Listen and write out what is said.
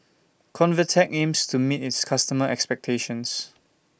Convatec aims to meet its customers' expectations